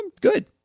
good